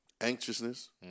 Anxiousness